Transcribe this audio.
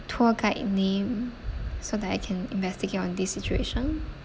tour guide name so that I can investigate on this situation